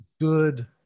good